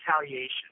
retaliation